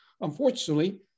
unfortunately